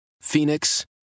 Phoenix